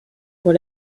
pour